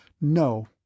No